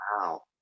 wow